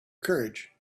courage